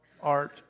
art